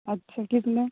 اچھا کتنے